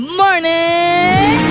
morning